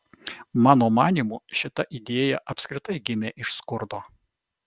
mano manymu šita idėja apskritai gimė iš skurdo